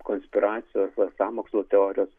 konspiracijos ar sąmokslo teorijos